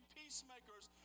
peacemakers